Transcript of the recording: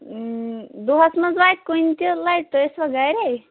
دۄہَس منٛز واتہِ کُنہِ تہِ لَٹہِ تُہۍ ٲسِوا گَرِے